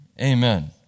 Amen